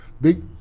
big